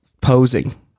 posing